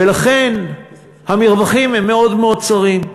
ולכן המרווחים הם מאוד-מאוד צרים.